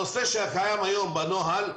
הנושא שקיים היום בנוהל,